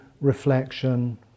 reflection